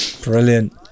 Brilliant